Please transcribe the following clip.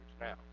now